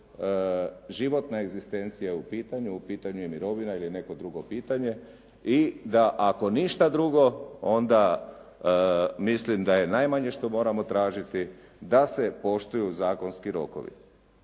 životna egzistencija u pitanju, u pitanju je mirovina ili je neko drugo pitanje i da ako ništa drugo onda mislim da je najmanje što moramo tražiti da se poštuju zakonski rokovi.